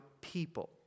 people